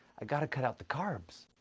i've got to cut out the carbs.